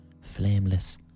flameless